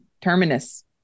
Terminus